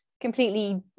completely